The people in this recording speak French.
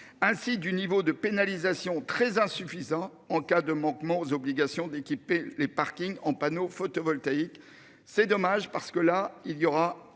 Ainsi du niveau de pénalisation très insuffisant en cas de manquement aux obligations d'équiper les parkings en panneaux photovoltaïques. C'est dommage parce que là il y aura